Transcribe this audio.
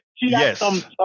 Yes